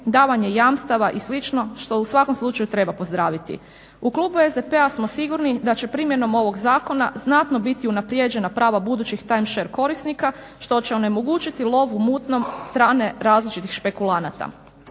davanje jamstava i slično, što u svakom slučaju treba pozdraviti. U klubu SPD-a smo sigurno da će primjenom ovog zakona znatno biti unaprijeđena prava budućih time share korisnika što će onemogućiti lov u mutnom, strane različiti špekulanata.